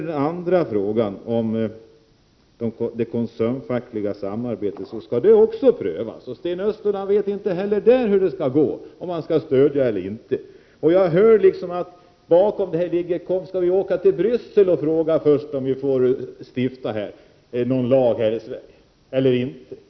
Den andra frågan, om det koncernfackliga samarbetet, skall också prövas, och Sten Östlund vet inte heller på den punkten hur det skall gå, om man skall stödja eller inte. Jag hör liksom att bakom detta ligger: Kom, så skall vi först åka till Bryssel och fråga om vi får stifta någon lag här i Sverige eller inte!